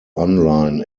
online